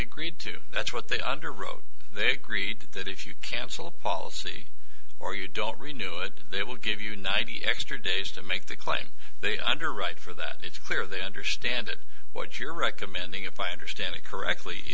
agreed to that's what they underwrote they agreed that if you cancel a policy or you don't read new it it will give you ninety extra days to make the claim they underwrite for that it's clear they understand what you're recommending if i understand it correctly